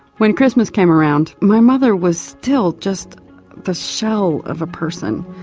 when christmas came around my mother was still just the show of a person,